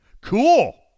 Cool